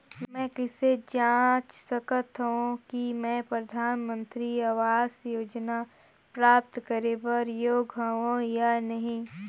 मैं कइसे जांच सकथव कि मैं परधानमंतरी आवास योजना प्राप्त करे बर योग्य हववं या नहीं?